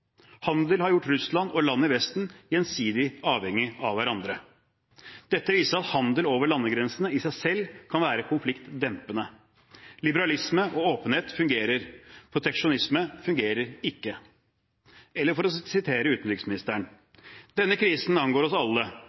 Handel har gjort Russland og land i Vesten gjensidig avhengige av hverandre. Dette viser at handel over landegrensene i seg selv kan være konfliktdempende. Liberalisme og åpenhet fungerer, proteksjonisme fungerer ikke, eller for å sitere utenriksministeren: «Denne krisen angår oss alle,